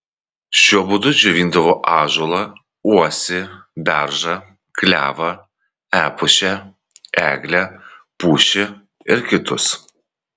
šiuo būdu džiovindavo ąžuolą uosį beržą klevą epušę eglę pušį ir kitus